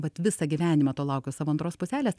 vat visą gyvenimą to laukiau savo antros puselės